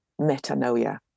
metanoia